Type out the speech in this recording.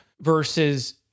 versus